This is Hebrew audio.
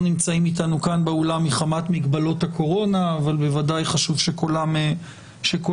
נמצאים אתנו כאן באולם מחמת מגבלות הקורונה אבל בוודאי חשוב שקולם יישמע,